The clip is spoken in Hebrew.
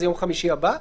שזה יום חמישי הבא,